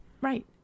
Right